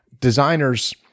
designers